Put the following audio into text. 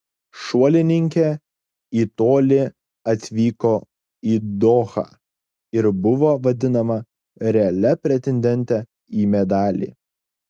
šuolininkė į tolį atvyko į dohą ir buvo vadinama realia pretendente į medalį